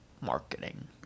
marketing